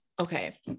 Okay